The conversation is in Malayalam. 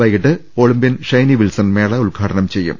വൈകിട്ട് ഒളിമ്പ്യൻ ഷൈനി വിൽസൺ മേള ഉദ്ഘാടനം ചെയ്യും